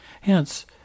Hence